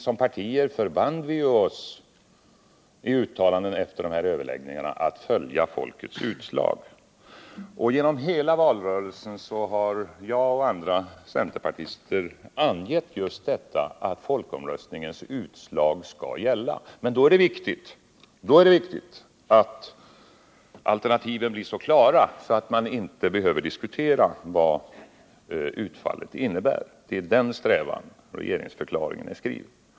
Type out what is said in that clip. Som partier förband vi oss ju i uttalanden efter överläggningarna att följa folkomröstningens utslag, och genom hela valrörelsen angav jag och andra centerpartister just detta att folkomröstningens utslag skall gälla. Men då är det viktigt att alternativen blir så klara att man inte behöver diskutera vad utfallet innebär. Det är i den strävan regeringsförklaringen är skriven.